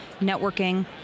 Networking